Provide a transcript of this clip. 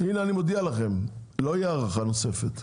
הנה אני מודיע לכם, לא יהיה הארכה נוספת.